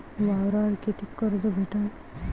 वावरावर कितीक कर्ज भेटन?